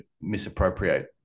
misappropriate